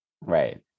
Right